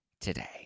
today